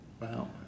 Wow